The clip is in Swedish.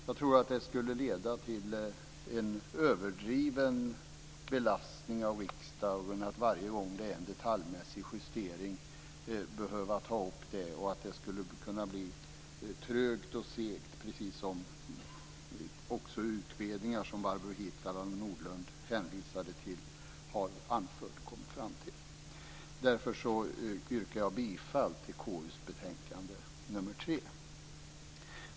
Jag tror att det skulle leda till en överdriven belastning av riksdagen att varje gång det är fråga om en detaljmässig justering behöva ta upp den. Det skulle kunna bli trögt och segt, precis som utredningar som Barbro Hietala Nordlund hänvisade till har kommit fram till. Därför yrkar jag bifall till KU:s hemställan i betänkande nr 3.